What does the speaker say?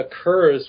occurs